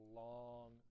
long